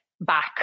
back